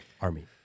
Army